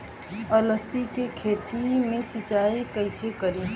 अलसी के खेती मे सिचाई कइसे करी?